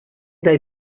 day